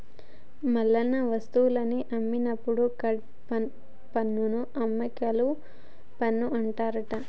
మల్లన్న వస్తువులను అమ్మినప్పుడు కట్టే పన్నును అమ్మకేల పన్ను అంటారట